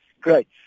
Great